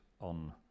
on